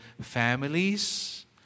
families